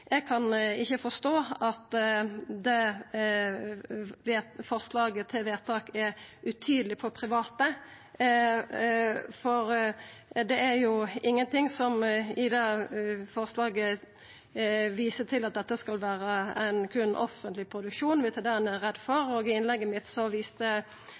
Eg kan ikkje forstå at forslaget til vedtak er utydeleg når det gjeld private, for ingenting i det forslaget viser til at dette berre skal vera ein offentleg produksjon, om det er det ein er redd for. I innlegget mitt viste